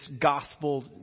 gospel